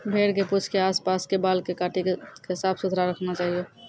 भेड़ के पूंछ के आस पास के बाल कॅ काटी क साफ सुथरा रखना चाहियो